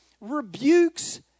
rebukes